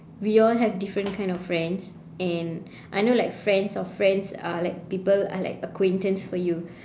we all have different kind of friends and I know like friends of friends are like people are like acquaintance for you